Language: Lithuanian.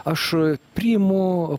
aš priimu